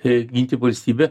ė ginti valstybę